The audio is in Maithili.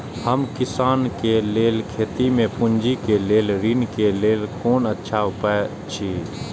हम किसानके लेल खेती में पुंजी के लेल ऋण के लेल कोन अच्छा उपाय अछि?